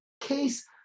case